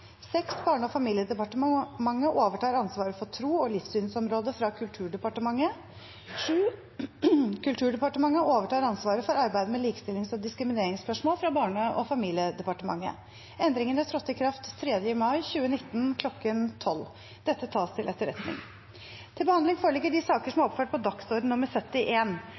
og familiedepartementet overtar ansvaret for tro- og livssynsområdet fra Kulturdepartementet. 7. Kulturdepartementet overtar ansvaret for arbeidet med likestillings- og diskrimineringsspørsmål fra Barne- og familiedepartementet.» Endringene trådte i kraft 3. mai 2019 kl. 12. – Dette tas til etterretning. Før sakene på dagens kart tas opp til behandling,